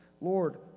Lord